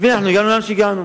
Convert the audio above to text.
ואנחנו הגענו לאן שהגענו.